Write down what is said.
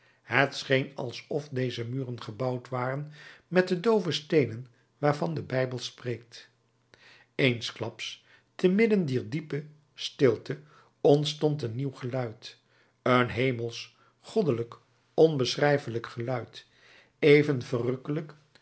het scheen alsof deze muren gebouwd waren met de doove steenen waarvan de bijbel spreekt eensklaps te midden dier diepe stilte ontstond een nieuw geluid een hemelsch goddelijk onbeschrijfelijk geluid even verrukkelijk